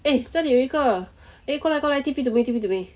eh 这里有一个 eh 过来过来 T_P to me T_P to me